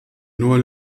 nur